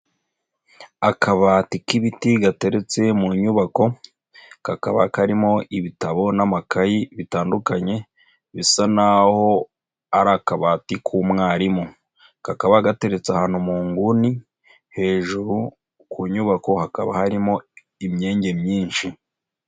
Akabati k'ibiti gateretse mu nyubako kakaba karimo ibitabo n'amakayi bitandukanye bisa naho ari akabati k'umwarimu, kakaba gateretse ahantu mu nguni hejuru ku nyubako hakaba harimo imyenge myinshi.